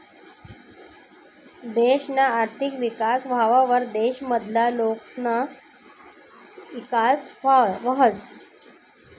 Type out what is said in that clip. देशना आर्थिक विकास व्हवावर देश मधला लोकसना ईकास व्हस